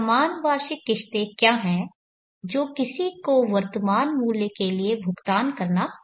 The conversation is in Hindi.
समान वार्षिक किश्त क्या है जो किसी को वर्तमान मूल्य के लिए भुगतान करना होगा